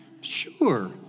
Sure